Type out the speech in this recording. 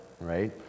right